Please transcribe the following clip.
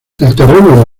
terreno